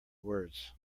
words